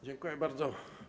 Dziękuję bardzo.